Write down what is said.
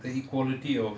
the equality of